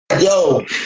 Yo